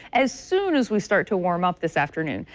as soon as we start to warm up this afternoon.